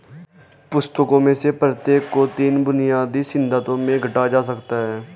पुस्तकों में से प्रत्येक को तीन बुनियादी सिद्धांतों में घटाया जा सकता है